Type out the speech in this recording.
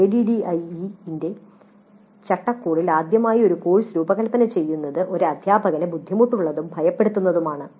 ADDIE ന്റെ ചട്ടക്കൂടിൽ ആദ്യമായി ഒരു കോഴ്സ് രൂപകൽപ്പന ചെയ്യുന്നത് ഒരു അധ്യാപകന് ബുദ്ധിമുട്ടുള്ളതും ഭയപ്പെടുത്തുന്നതുമാണ്